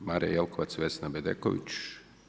Marija Jelkovac, Vesna Bedeković?